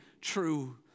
true